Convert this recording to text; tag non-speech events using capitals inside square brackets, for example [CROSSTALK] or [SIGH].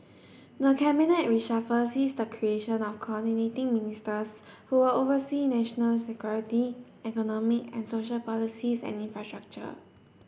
[NOISE] the cabinet reshuffle sees the creation of Coordinating Ministers who'll oversee national security economic and social policies and infrastructure